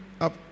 up